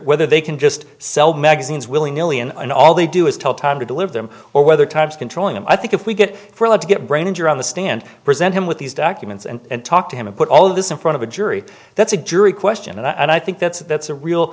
whether they can just sell magazines willing million and all they do is tell time to deliver them or whether times controlling them i think if we get for let's get brain injury on the stand present him with these documents and talk to him and put all of this in front of a jury that's a jury question and i think that's that's a real